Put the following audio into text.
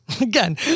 again